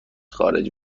خارج